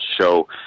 show